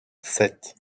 sept